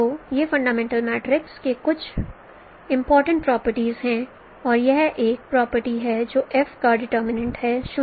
तो ये fundamental matrix के कुछ इंपोर्टेंट प्रॉपर्टीज हैं और यह एक और प्रॉपर्टी है जो F का डीटर्मिनंट है 0